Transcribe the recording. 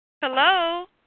Hello